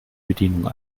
bedienung